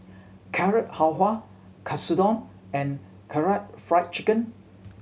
Carrot Halwa Katsudon and Karaage Fried Chicken